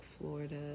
Florida